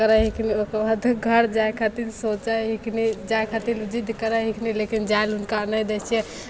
करै हिखनी ओसब हरदम घर जाइ खातिर सोचै हिखनी जाइ खातिर जिद्द करए हिखनी लेकिन जाइ लए हुनका नहि दै छियै